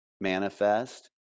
manifest